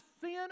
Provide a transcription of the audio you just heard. sin